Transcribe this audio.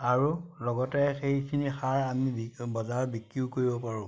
আৰু লগতে সেইখিনি সাৰ আমি বজাৰ বিক্ৰীও কৰিব পাৰোঁ